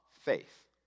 faith